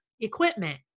equipment